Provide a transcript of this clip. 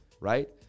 right